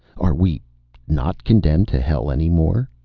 are we not condemned to hell any more?